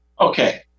Okay